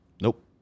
Nope